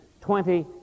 twenty